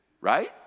right